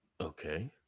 Okay